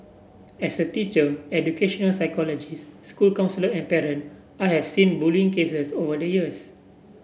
as a teacher educational psychologist school counsellor and parent I have seen bullying cases over the years